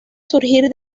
surgir